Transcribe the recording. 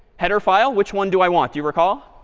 header file, which one do i want? do you recall?